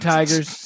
Tigers